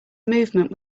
movement